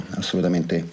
assolutamente